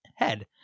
head